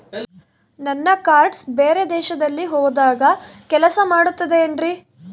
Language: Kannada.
ನನ್ನ ಕಾರ್ಡ್ಸ್ ಬೇರೆ ದೇಶದಲ್ಲಿ ಹೋದಾಗ ಕೆಲಸ ಮಾಡುತ್ತದೆ ಏನ್ರಿ?